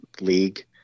league